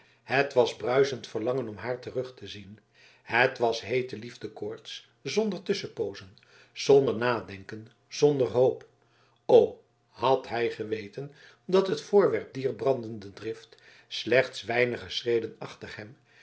het was bruisend verlangen om haar terug te zien het was heete liefdekoorts zonder tusschenpoozen zonder nadenken zonder hoop o had hij geweten dat het voorwerp dier brandende drift slechts weinige schreden achter hem